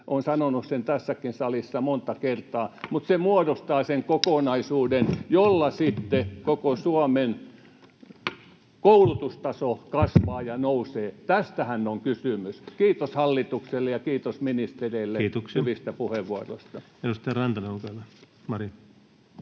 olen sanonut sen tässäkin salissa monta kertaa — mutta se muodostaa sen kokonaisuuden, jolla sitten koko Suomen koulutustaso kasvaa ja nousee. Tästähän on kysymys. — Kiitos hallitukselle ja kiitos ministereille hyvistä puheenvuoroista. [Speech 144] Speaker: Ensimmäinen